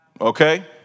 Okay